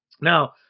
Now